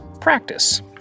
practice